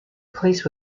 place